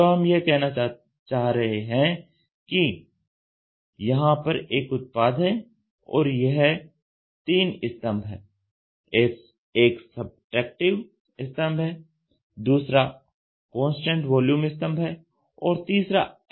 तो हम यह कहना चाह रहे हैं कि यहां पर एक उत्पाद है और यह 3 स्तंभ हैं एक सबट्रैक्टिव स्तंभ है दूसरा कांस्टेंट वॉल्यूम स्तंभ है और तीसरा एडिटिव स्तंभ है